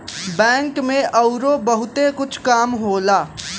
bank में अउरो बहुते कुछ काम होला